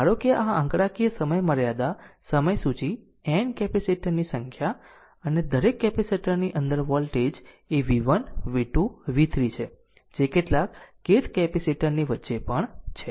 ધારો કે આ આંકડાકીય સમયમર્યાદા સમયસૂચિ n કેપેસિટર ની સંખ્યા અને દરેક કેપેસિટર ની અંદર વોલ્ટેજ એ v1 v2 v3 છે જે કેટલાક kth કેપેસિટર ની વચ્ચે પણ છે